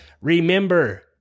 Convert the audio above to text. remember